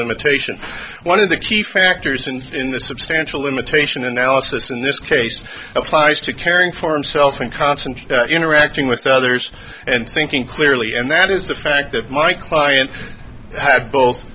limitation one of the key factors and in a substantial limitation analysis in this case applies to caring for himself and constantly interacting with others and thinking clearly and that is the fact that my client had both